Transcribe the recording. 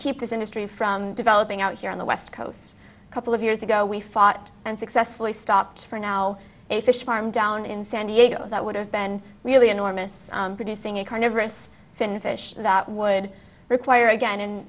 keep this industry from developing out here on the west coast a couple of years ago we fought and successfully stopped for now a fish farm down in san diego that would have been really enormous producing a carnivorous fin fish that would require again